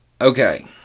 Okay